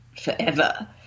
forever